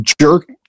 jerk